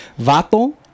Vato